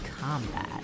combat